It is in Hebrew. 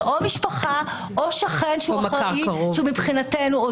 זה או משפחה או שכן שהוא אחראי מבחינתנו,